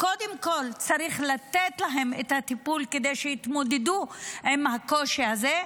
קודם כול צריך לתת להם את הטיפול כדי שיתמודדו עם הקושי הזה,